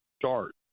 start